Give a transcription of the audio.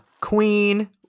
Queen